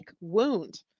wound